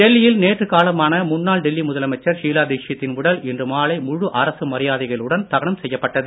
டெல்லியில் நேற்று காலமான முன்னாள் டெல்லி முதலமைச்சர் ஷீலா தீட்சித்தின் உடல் இன்று மாலை முழு அரசு மரியாதைகளுடன் தகனம் செய்யப்பட்டது